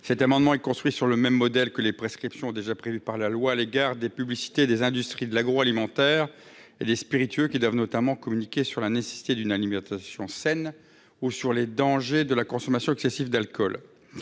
Cet amendement est construit sur le modèle des prescriptions déjà prévues par la loi à l'égard des publicités des industries de l'agroalimentaire et des spiritueux, qui doivent notamment communiquer sur la nécessité d'une alimentation saine ou sur les dangers de la consommation excessive d'alcool.